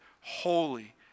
holy